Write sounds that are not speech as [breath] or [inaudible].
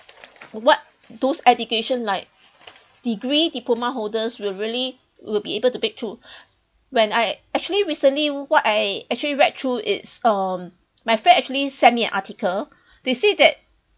what those education like degree diploma holders will really will be able to breakthrough [breath] when I actually recently what I actually read through is um my friend actually send me an article they say that